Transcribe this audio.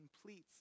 completes